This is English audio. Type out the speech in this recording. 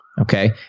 Okay